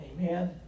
Amen